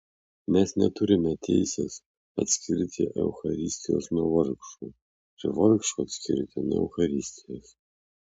mes neturime teisės atskirti eucharistijos nuo vargšų ir vargšų atskirti nuo eucharistijos